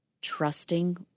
trusting